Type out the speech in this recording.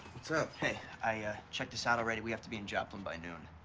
what's up? hey, i checked us out already. we have to be in joplin by noon.